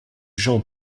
jean